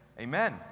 amen